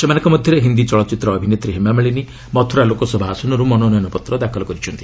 ସେମାନଙ୍କ ମଧ୍ୟରେ ହିନ୍ଦୀ ଚଳଚ୍ଚିତ୍ର ଅଭିନେତ୍ରୀ ହେମାମାଳିନୀ ମଥୁରା ଲୋକସଭା ଆସନରୁ ମନୋନୟନ ପତ୍ର ଦାଖଲ କରିଛନ୍ତି